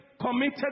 committed